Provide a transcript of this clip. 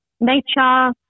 nature